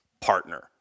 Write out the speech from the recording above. partner